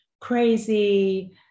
crazy